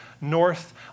north